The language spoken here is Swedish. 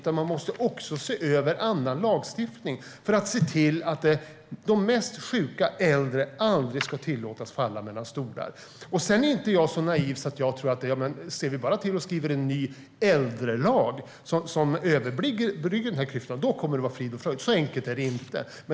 Man måste också se över annan lagstiftning för att se till att de mest sjuka äldre aldrig ska tillåtas falla mellan stolarna. Jag är inte så naiv att jag tror att om vi bara ser till att skriva en ny äldrelag som kan överbrygga klyftan kommer det att vara frid och fröjd. Så enkelt är det inte.